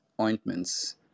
ointments